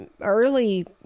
early